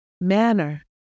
manner